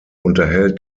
unterhält